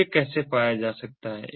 तो यह कैसे पाया जा सकता है